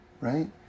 right